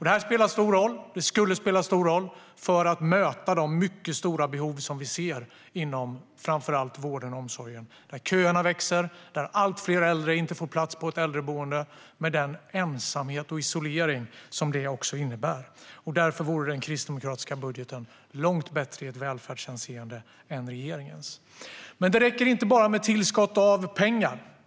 Det här skulle spela stor roll för att möta de mycket stora behov som vi ser inom framför allt vården och omsorgen. Köerna växer, och allt fler äldre får inte plats på äldreboende, vilket innebär ensamhet och isolering. Därför vore den kristdemokratiska budgeten långt bättre än regeringens i välfärdshänseende. Men det räcker inte med bara tillskott av pengar.